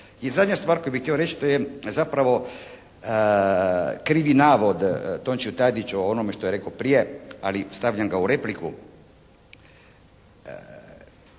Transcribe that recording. I zadnja stvar koju bih htio reći to je zapravo krivi navod Tončiju Tadiću o onome što je rekao prije, ali stavljam ga u repliku.